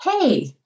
hey